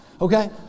Okay